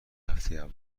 هفته